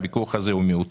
זה ויכוח מיותר.